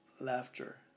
laughter